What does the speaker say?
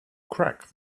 crack